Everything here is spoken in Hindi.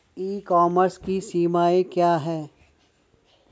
ई कॉमर्स की सीमाएं क्या हैं?